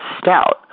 Stout